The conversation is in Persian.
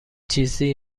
چیزی